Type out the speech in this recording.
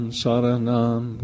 saranam